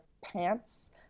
pants